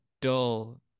dull